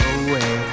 away